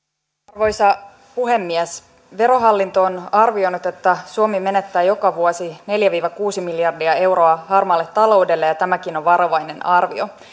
arvoisa puhemies verohallinto on arvioinut että suomi menettää joka vuosi neljä viiva kuusi miljardia euroa harmaalle taloudelle ja tämäkin on varovainen arvio